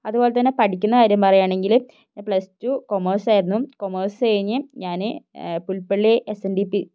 അതുപോലെതന്നെ പഠിക്കുന്ന കാര്യം പറയുകയാണെങ്കിൽ ഞാൻ പ്ലസ്ടു കൊമേഴ്സ് ആയിരുന്നു കൊമേഴ്സ് കഴിഞ്ഞ് ഞാൻ Pulpally S N D P